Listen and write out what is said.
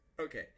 Okay